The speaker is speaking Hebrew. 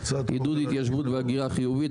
עידוד התיישבות והגירה חיובית,